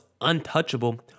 untouchable